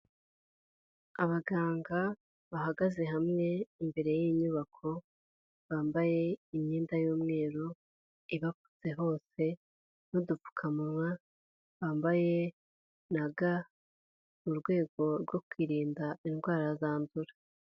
Abaganga bahagaze hamwe imbere y'inyubako, bambaye imyenda y'umweru ibapfutse hose n'udupfukamunwa, bambaye na ga mu rwego rwo kwirinda indwara zandura.